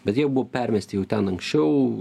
bet jie buvo permesti jau ten anksčiau